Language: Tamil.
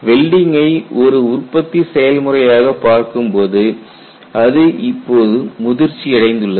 வெல்டிங்கை ஒரு உற்பத்தி செயல்முறையாக பார்க்கும் போது அது இப்போது முதிர்ச்சியடைந்துள்ளது